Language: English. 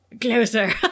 closer